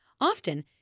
Often